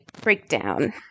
breakdown